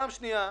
פעם שנייה,